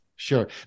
Sure